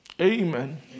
Amen